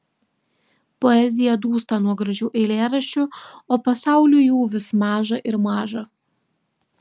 poezija dūsta nuo gražių eilėraščių o pasauliui jų vis maža ir maža